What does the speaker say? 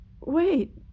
Wait